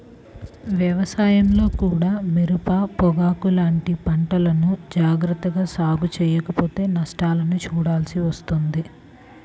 వ్యవసాయంలో కూడా మిరప, పొగాకు లాంటి పంటల్ని జాగర్తగా సాగు చెయ్యకపోతే నష్టాల్ని చూడాల్సి వస్తుంది